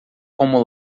como